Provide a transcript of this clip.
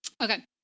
okay